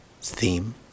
theme